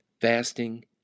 Fasting